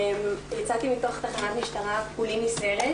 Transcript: יצאתי מתוך תחנת משטרה כולי נסערת